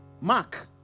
Mark